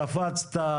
קפצת,